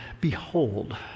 behold